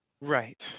Right